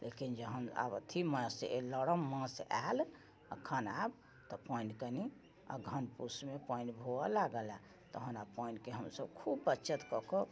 लेकिन जहन आब अथी मास आ से लरम मास आयल अखन आब तऽ पानि कनी अगहन पूसमे पानि होइ लागल हँ तहन आब पानिके हमसब खूब बचत कऽके